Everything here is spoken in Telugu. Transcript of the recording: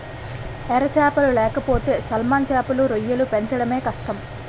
ఎర సేపలు లేకపోతే సాల్మన్ సేపలు, రొయ్యలు పెంచడమే కష్టం